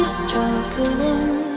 struggling